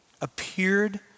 appeared